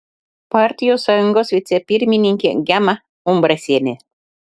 partijų sąjungos vicepirmininkė gema umbrasienė